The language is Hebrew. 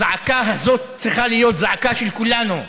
הזעקה הזאת צריכה להיות זעקה של כולנו,